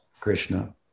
Krishna